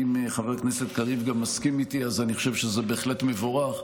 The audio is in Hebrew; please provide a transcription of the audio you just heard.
אם גם חבר הכנסת קריב מסכים איתי אז אני חושב שזה בהחלט מבורך,